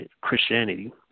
Christianity